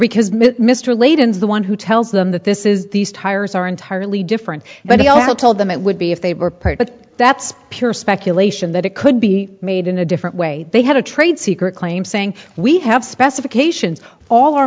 because mitt mr laden's the one who tells them that this is these tires are entirely different but he also told them it would be if they were part but that's pure speculation that it could be made in a different way they had a trade secret claim saying we have specifications all our